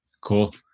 Cool